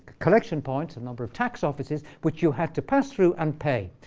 collection points, a number of tax offices, which you had to pass through and pay.